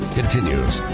continues